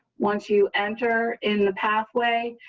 once you enter in the pathway.